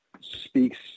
speaks